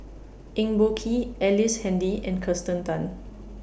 Eng Boh Kee Ellice Handy and Kirsten Tan